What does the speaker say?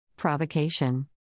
Provocation